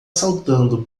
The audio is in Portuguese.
saltando